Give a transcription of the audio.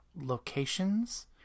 locations